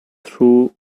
through